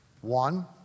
One